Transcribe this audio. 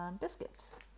biscuits